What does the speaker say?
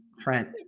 Trent